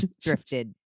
drifted